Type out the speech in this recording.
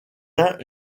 uns